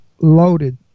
loaded